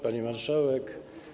Pani Marszałek!